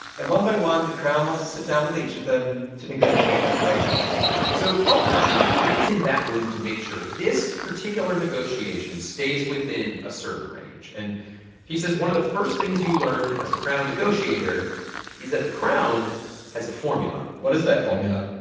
and one by one, the crown wants to sit down with each of them to negotiate reparations so ultimately, rick is in that room to make sure this particular negotiation stays within a certain range. and he says one of the first things you learn as a crown negotiator is that the crown has a formula what is that formula?